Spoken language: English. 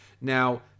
Now